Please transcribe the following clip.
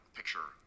picture